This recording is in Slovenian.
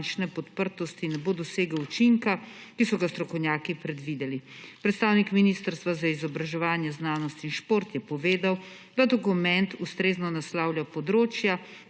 finančne podprtosti ne bo dosegel učinka, ki so ga strokovnjaki predvideli. Predstavnik Ministrstva za izobraževanje, znanost in šport je povedal, da dokument ustrezno naslavlja področja,